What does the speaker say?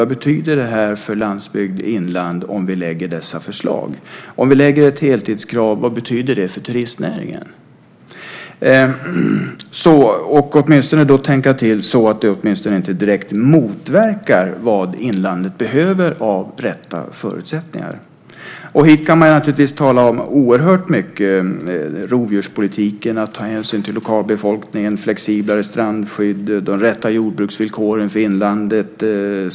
Vad betyder det för landsbygd och inland om vi lägger fram dessa förslag? Vad betyder det för turistnäringen om vi lägger fram ett krav på heltid? Åtminstone behöver man tänka till så att det inte direkt motverkar vad inlandet behöver av rätta förutsättningar. Hit kan naturligtvis föras oerhört mycket, såsom rovdjurspolitiken, att man tar hänsyn till lokalbefolkningen, flexiblare strandskydd samt de rätta jordbruksvillkoren för inlandet.